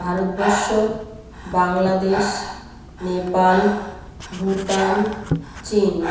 ভারতবর্ষ বাংলাদেশ নেপাল ভুটান চীন